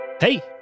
Hey